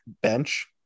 bench